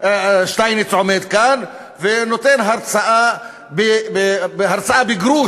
שטייניץ עומד כאן ונותן הרצאה בגרוש